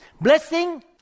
Blessing